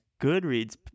Goodreads